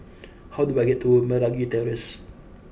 how do I get to Meragi Terrace